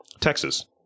Texas